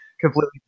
completely